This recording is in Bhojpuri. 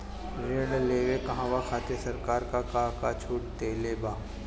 ऋण लेवे कहवा खातिर सरकार का का छूट देले बा?